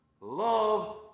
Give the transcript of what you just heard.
Love